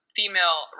female